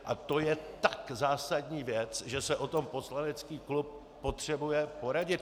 A to je tak zásadní věc, že se o tom poslanecký klub potřebuje poradit.